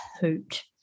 hoot